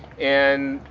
and,